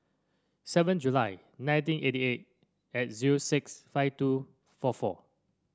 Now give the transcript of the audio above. seven July nineteen eighty eight at zero six five two four four